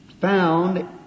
found